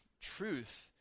truth